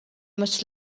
must